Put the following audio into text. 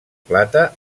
plata